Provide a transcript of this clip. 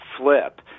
flip